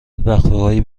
وقفههای